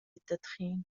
التدخين